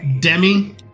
Demi